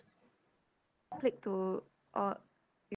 click to uh